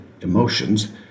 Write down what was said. emotions